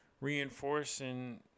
reinforcing